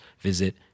visit